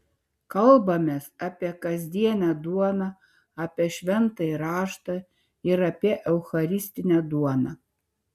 kalbamės apie kasdienę duoną apie šventąjį raštą ir apie eucharistinę duoną